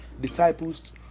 disciples